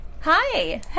Hi